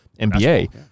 nba